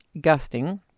gusting